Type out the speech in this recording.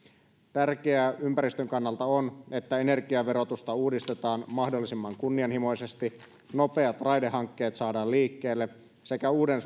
tärkeää ympäristön kannalta on että energiaverotusta uudistetaan mahdollisimman kunnianhimoisesti nopeat raidehankkeet saadaan liikkeelle sekä uuden